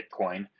Bitcoin